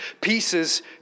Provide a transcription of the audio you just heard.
pieces